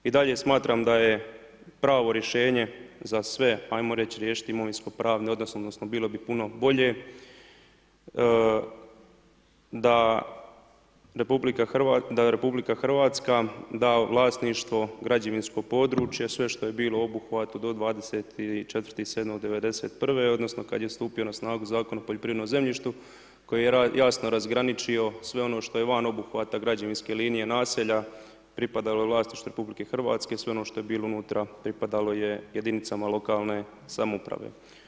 I dalje smatram da je pravo rješenje za sve riješiti imovinskopravne odnose odnosno bilo bi puno bolje da RH da u vlasništvo građevinsko područje sve što je bilo u obuhvatu do 25.7.'91. odnosno kada je stupio na snagu Zakon o poljoprivrednom zemljištu koji je jasno razgraničio sve ono što je van obuhvata građevinske linije naselja, pripadalo je vlasništvu RH sve ono što je bilo unutra pripadalo je jedinicama lokalne samouprave.